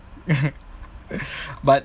but